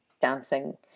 dancing